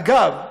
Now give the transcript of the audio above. אגב,